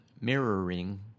mirroring